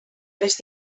risc